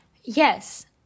Yes